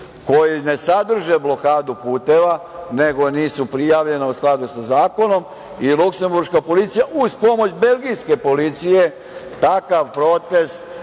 koji ne sadrže blokadu puteva, nego nisu prijavljeni u skladu sa zakonom i luksemburška policija uz pomoć belgijske policije takav protest